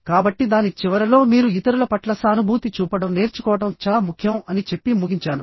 కాబట్టి దాని చివరలో మీరు ఇతరుల పట్ల సానుభూతి చూపడం నేర్చుకోవడం చాలా ముఖ్యం అని చెప్పి ముగించాను